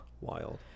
Wild